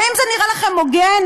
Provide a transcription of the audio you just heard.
האם זה נראה לכם הוגן?